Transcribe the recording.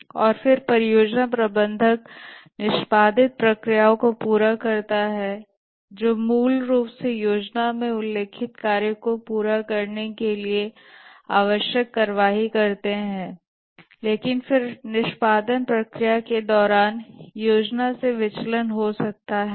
और फिर परियोजना प्रबंधक निष्पादित प्रक्रियाओं को पूरा करता है जो मूल रूप से योजना में उल्लेखित कार्य को पूरा करने के लिए आवश्यक कार्रवाई करते हैं लेकिन फिर निष्पादन प्रक्रिया के दौरान योजना से विचलन हो सकते हैं